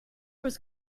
was